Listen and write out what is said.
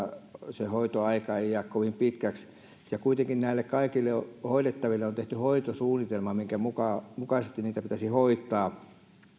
se hoitoaika ei jää kovin pitkäksi kuitenkin näille kaikille hoidettaville on tehty hoitosuunnitelma minkä mukaisesti heitä pitäisi hoitaa